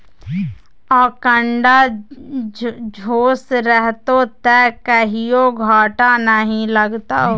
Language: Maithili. आंकड़ा सोझ रहतौ त कहियो घाटा नहि लागतौ